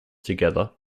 together